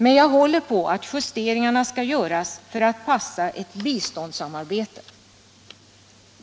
Men jag håller på att justeringarna skall göras för att passa ett biståndssamarbete.